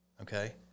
okay